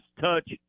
touch